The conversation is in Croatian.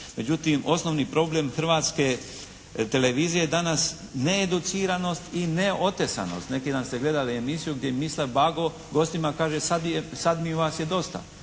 Međutim osnovni problem Hrvatske televizije je danas needuciranost i neotesanost. Neki dan ste gledali emisiju gdje je Mislav Bago gostima kaže: "Sad mi vas je dosta.